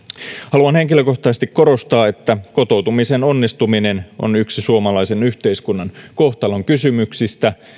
haluan henkilökohtaisesti korostaa että kotoutumisen onnistuminen on yksi suomalaisen yhteiskunnan kohtalonkysymyksistä